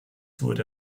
wurde